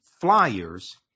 flyers